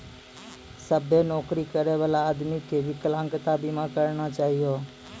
सभ्भे नौकरी करै बला आदमी के बिकलांगता बीमा करना चाहियो